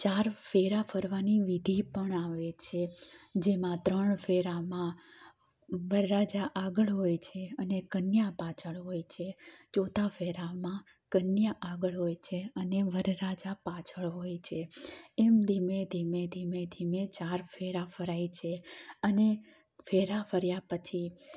ચાર ફેરા ફરવાની વિધિ પણ આવે છે જેમાં ત્રણ ફેરામાં વરરાજા આગળ હોય છે અને કન્યા પાછળ હોય છે ચોથા ફેરામાં કન્યા આગળ હોય છે અને વરરાજા પાછળ હોય છે એમ ધીમે ધીમે ધીમે ધીમે ચાર ફેરા ફરાય છે અને ફેરા ફર્યા પછી